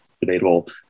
debatable